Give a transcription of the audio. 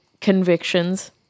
convictions